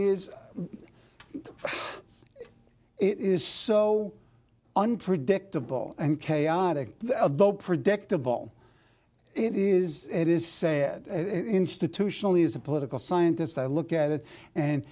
is it is so unpredictable and chaotic though predictable it is it is said institutionally is a political scientist i look at it and